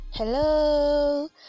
Hello